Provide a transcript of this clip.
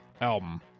album